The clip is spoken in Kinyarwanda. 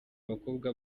bakobwa